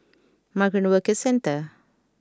Migrant Workers Centre